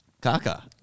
Kaka